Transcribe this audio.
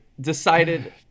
decided